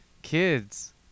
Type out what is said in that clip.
kids